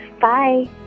Bye